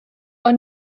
ond